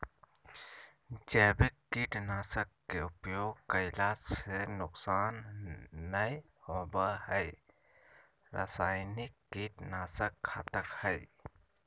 जैविक कीट नाशक के उपयोग कैला से नुकसान नै होवई हई रसायनिक कीट नाशक घातक हई